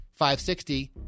560